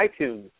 iTunes